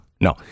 no